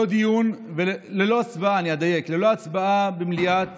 ללא הצבעה במליאת